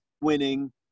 winning